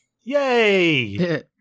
yay